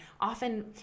often